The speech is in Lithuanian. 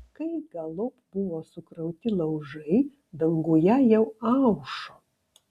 kai galop buvo sukrauti laužai danguje jau aušo